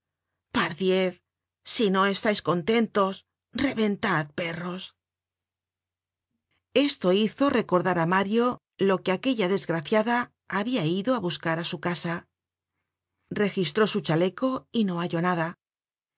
pardiez si no estais contentos reventad perros content from google book search generated at esto hizo recordar á mario lo que aquella desgraciada habia ido á buscar á su casa registró su chaleco y no halló nada